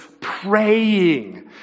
praying